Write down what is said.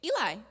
Eli